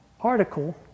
article